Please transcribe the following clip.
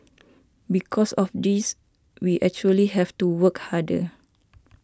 because of this we actually have to work harder